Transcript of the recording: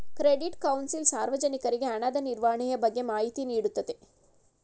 credit council ಸಾರ್ವಜನಿಕರಿಗೆ ಹಣದ ನಿರ್ವಹಣೆಯ ಬಗ್ಗೆ ಮಾಹಿತಿ ನೀಡುತ್ತದೆ